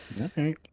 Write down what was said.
okay